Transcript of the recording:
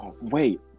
wait